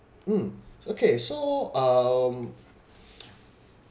mm okay so um